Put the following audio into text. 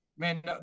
Man